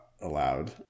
allowed